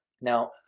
Now